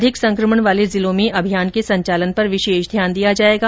अधिक संकमण वाले जिलों में अभियान के संचालन पर विशेष ध्यान दिया जाएगा